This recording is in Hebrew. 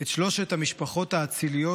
את שלוש המשפחות האציליות,